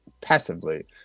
passively